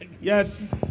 yes